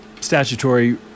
statutory